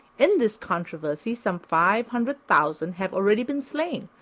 in this controversy some five hundred thousand have already been slain,